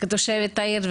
כתושבת העיר,